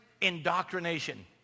indoctrination